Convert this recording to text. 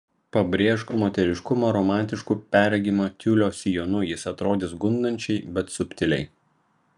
pabrėžk moteriškumą romantišku perregimo tiulio sijonu jis atrodys gundančiai bet subtiliai